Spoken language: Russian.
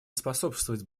способствовать